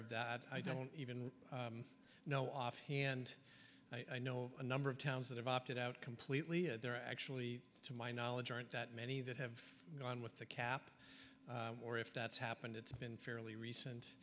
of that i don't even know offhand i know of a number of towns that have opted out completely and they're actually to my knowledge aren't that many that have gone with the cap or if that's happened it's been fairly recent